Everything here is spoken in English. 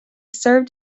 served